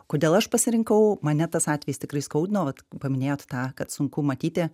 kodėl aš pasirinkau mane tas atvejis tikrai skaudino vat paminėjot tą kad sunku matyti